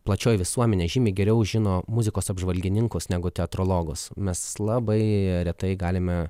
plačioji visuomenė žymiai geriau žino muzikos apžvalgininkus negu teatrologus mes labai retai galime